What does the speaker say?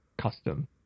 custom